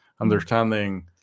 understanding